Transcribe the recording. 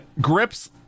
grips